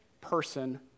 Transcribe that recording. person